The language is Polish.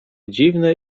dziwne